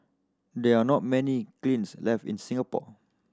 there are not many kilns left in Singapore